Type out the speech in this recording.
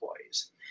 employees